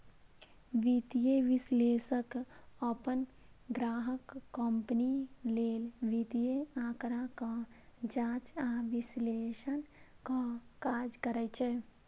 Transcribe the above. वित्तीय विश्लेषक अपन ग्राहक कंपनी लेल वित्तीय आंकड़ाक जांच आ विश्लेषणक काज करै छै